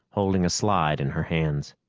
holding a slide in her hands.